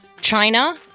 China